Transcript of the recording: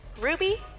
Ruby